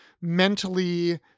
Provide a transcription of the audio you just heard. mentally